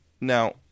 Now